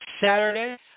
Saturday